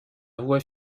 voix